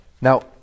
Now